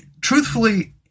truthfully